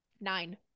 Nine